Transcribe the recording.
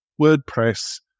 WordPress